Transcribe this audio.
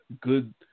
good